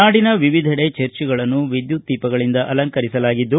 ನಾಡಿನ ವಿವಿಧೆಡೆ ಚರ್ಚ್ಗಳನ್ನು ವಿದ್ಯುತ್ ದೀಪಗಳಿಂದ ಅಲಂಕರಿಸಲಾಗಿದ್ದು